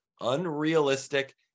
unrealistic